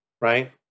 right